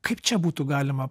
kaip čia būtų galima